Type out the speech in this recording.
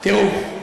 תראו,